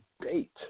date